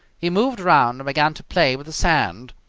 he moved round and began to play with the sand.